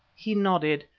he nodded.